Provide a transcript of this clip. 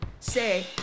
Say